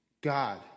God